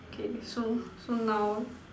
okay so so now